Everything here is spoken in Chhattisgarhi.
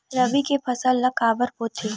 रबी के फसल ला काबर बोथे?